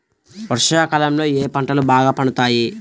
వర్షాకాలంలో ఏ పంటలు బాగా పండుతాయి?